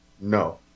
No